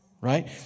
right